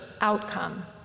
outcome